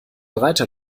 reiter